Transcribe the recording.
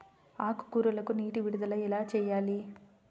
ఆకుకూరలకు నీటి విడుదల ఎలా చేయాలి?